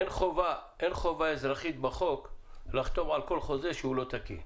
אין חובה אזרחית בחוק לחתום על כל חוזה שהוא לא תקין.